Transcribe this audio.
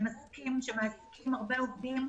הם מעסיקים שמעסיקים הרבה עובדים.